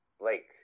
Blake